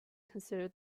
considered